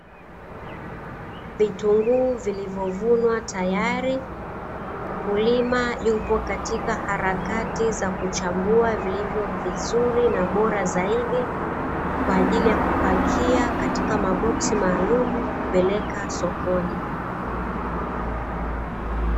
Vitunguu vilivyo vunwa, tayari mkulima huko katika harakati ya kuchambua vilivyo vizuri na bora zaidi kwa ajili ya kupakia katika maboksi maalumu kupeleka sokoni.